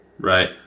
Right